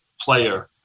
player